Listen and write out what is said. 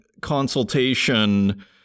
consultation